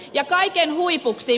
ja kaiken huipuksi